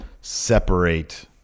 separate